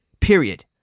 Period